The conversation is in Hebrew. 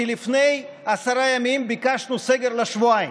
כי לפני עשרה ימים ביקשנו סגר לשבועיים.